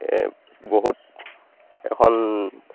বহুত এখন